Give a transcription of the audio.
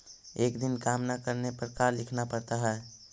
एक दिन काम न करने पर का लिखना पड़ता है?